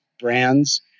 brands